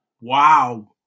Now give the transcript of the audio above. Wow